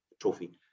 trophy